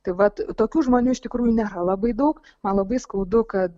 tai vat tokių žmonių iš tikrųjų nėra labai daug man labai skaudu kad